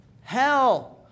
hell